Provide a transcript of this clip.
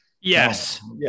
Yes